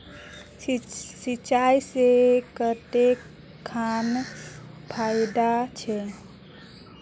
सिंचाई से कते खान फायदा छै?